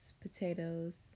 potatoes